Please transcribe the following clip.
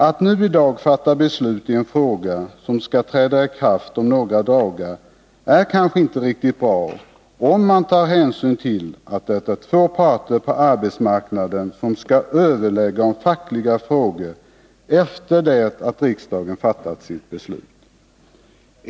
Att i dag fatta beslut som skall träda i kraft om några dagar är inte riktigt bra, om man tar hänsyn till att det är två parter på arbetsmarknaden som skall överlägga om fackliga frågor efter det att riksdagen fattat sitt beslut.